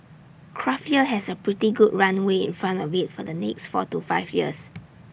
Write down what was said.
craft beer has A pretty good runway in front of IT for the next four to five years